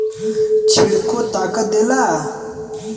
छिलको ताकत देला